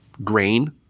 grain